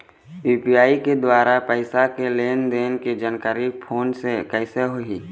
UPI के द्वारा पैसा के लेन देन के जानकारी फोन से कइसे होही?